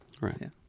Right